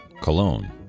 Cologne